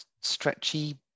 stretchy